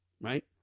right